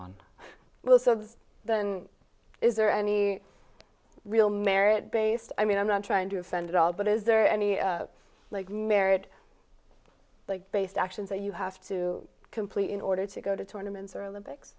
wilson then is there any real merit based i mean i'm not trying to offend at all but is there any like merit based actions that you have to completely in order to go to tournaments or olympics